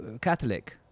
Catholic